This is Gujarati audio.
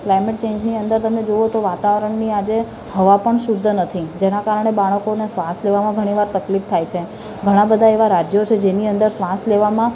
કલાઈમેટ ચેન્જની અંદર તમે જુઓ તો વાતાવરણની આજે હવા પણ શુદ્ધ નથી જેનાં કારણે બાળકોને શ્વાસ લેવામાં ઘણીવાર તકલીફ થાય છે ઘણાં બધાં એવા રાજ્યો છે જેની અંદર શ્વાસ લેવામાં